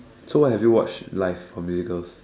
so what have you watched live for musicals